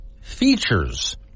features